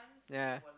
ya